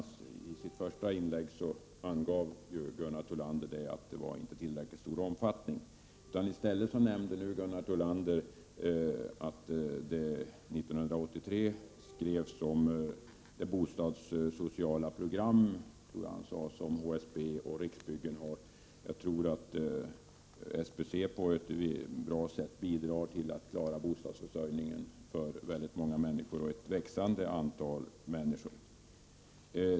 Gunnar Thollander angav i sitt första inlägg att organisationen inte var av tillräckligt stor omfattning. I stället nämnde Gunnar Thollander att det bostadssociala programmet för HSB och Riksbyggen skrevs om 1983. Jag tror att SBC på ett bra sätt bidrar till att klara bostadsförsörjningen för ett växande antal människor.